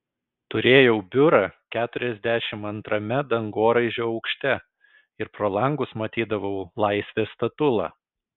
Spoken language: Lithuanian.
turėjau biurą keturiasdešimt antrame dangoraižio aukšte ir pro langus matydavau laisvės statulą